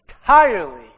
entirely